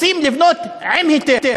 רוצים לבנות עם היתר.